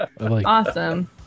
Awesome